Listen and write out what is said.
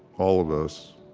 all of us,